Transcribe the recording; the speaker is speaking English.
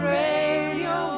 radio